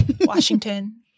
Washington